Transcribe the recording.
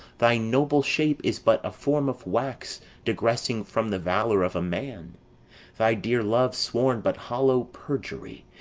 thy noble shape is but a form of wax digressing from the valour of a man thy dear love sworn but hollow perjury,